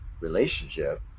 relationship